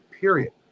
period